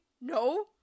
No